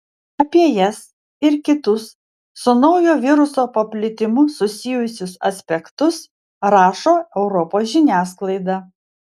apie jas ir kitus su naujo viruso paplitimu susijusius aspektus rašo europos žiniasklaida